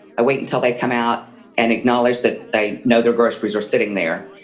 i wait until they come out and acknowledge that they know their groceries are sitting there.